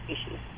species